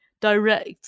direct